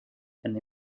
and